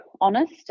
honest